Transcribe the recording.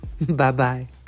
Bye-bye